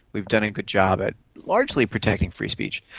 we've done a good job at largely protecting free speech.